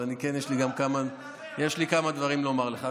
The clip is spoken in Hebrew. אבל יש לי כמה דברים לומר לך.